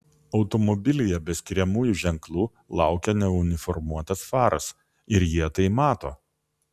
automobilyje be skiriamųjų ženklų laukia neuniformuotas faras ir jie tai mato